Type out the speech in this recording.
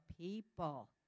people